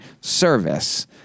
service